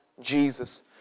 Jesus